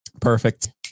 Perfect